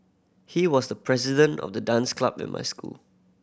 he was the president of the dance club in my school